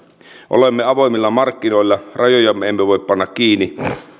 olemme avoimilla markkinoilla rajojamme emme voi panna kiinni